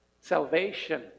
salvation